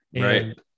Right